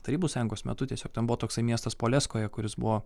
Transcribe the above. tarybų sąjungos metu tiesiog ten buvo toksai miestas poleskoja kuris buvo